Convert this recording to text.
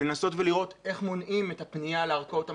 לנסות לראות איך מונעים את הפנייה לערכאות המשפטיות.